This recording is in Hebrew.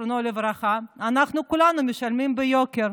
זיכרונו לברכה, אנחנו כולנו משלמים ביוקר,